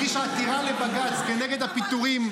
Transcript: הגיש עתירה לבג"ץ כנגד הפיטורים.